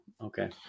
Okay